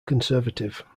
conservative